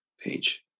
page